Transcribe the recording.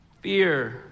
fear